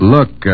Look